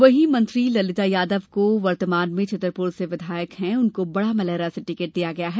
वहीं मंत्री ललिता यादव जो कि वर्तमान में छतरपुर से विधायक हैं उनको बड़ा मलहरा से टिकट दिया गया है